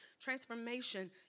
Transformation